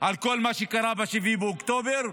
לכל מה שקרה ב-7 באוקטובר,